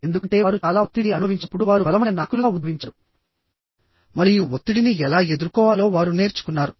ఎందుకంటే వారు చాలా ఒత్తిడి ని అనుభవించినప్పుడు వారు బలమైన నాయకులుగా ఉద్భవించారు మరియు ఒత్తిడిని ఎలా ఎదుర్కోవాలో వారు నేర్చుకున్నారు